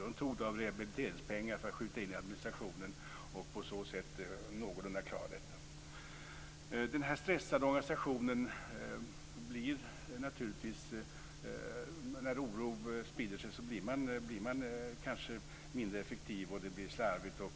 Man tog rehabiliteringspengar för att skjuta in i administrationen och på så sätt någorlunda klara detta. I en stressad organisation, när oro sprider sig, blir man kanske mindre effektiv, det blir slarvigt och